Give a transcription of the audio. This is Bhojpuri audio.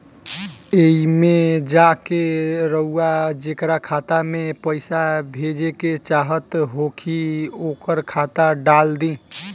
एईमे जा के रउआ जेकरा खाता मे पईसा भेजेके चाहत होखी ओकर खाता डाल दीं